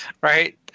Right